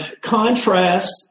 Contrast